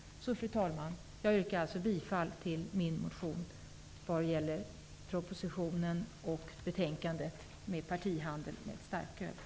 Fru talman! Jag yrkar alltså bifall till min motion vad gäller propositionen och betänkandet om partihandel med starköl.